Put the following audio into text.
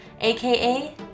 aka